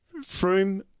Froome